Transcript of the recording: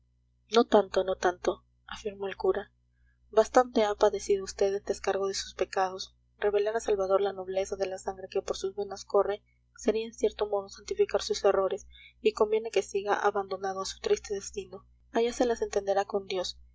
no tanto no tanto afirmó el cura bastante ha padecido vd en descargo de sus pecados revelar a salvador la nobleza de la sangre que por sus venas corre sería en cierto modo santificar sus errores y conviene que siga abandonado a su triste destino allá se las entenderá con dios